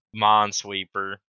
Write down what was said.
Minesweeper